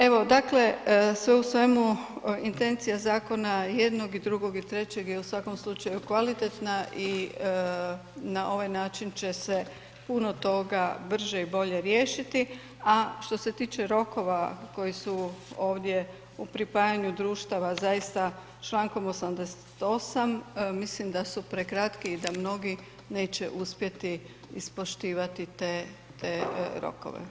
Evo, dakle, sve u svemu, intencija zakona jednog i drugog i trećeg je u svakom slučaju kvalitetna i na ovaj način će se puno toga brže i bolje riješiti, a što se tiče rokova koji su ovdje u pripajanju društava zaista čl. 88., mislim da su prekratki i da mnogi neće uspjeti ispoštivati te rokove.